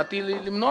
באתי למנוע